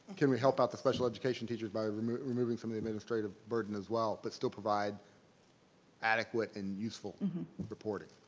can we help out the special education teachers by removing removing some of the administrative burden as well but still provide adequate and useful reporting?